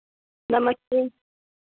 नमस्ते